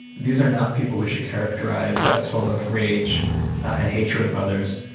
these are not people we should characterise as as full of rage and hatred of others.